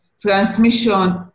transmission